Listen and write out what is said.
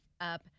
up